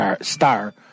star